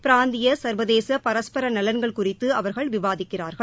பிராந்திய சர்வதேச பரஸ்பர நலன்கள் குறித்து அவர்கள் விவாதிக்கிறார்கள்